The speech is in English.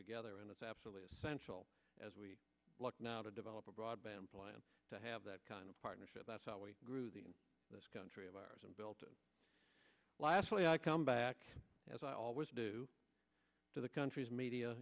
together and it's absolutely essential as we look now to develop a broadband plan to have that kind of partnership that's what we grew the in this country of ours and built to last really i come back as i always do to the country's media